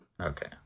Okay